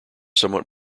somewhat